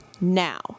Now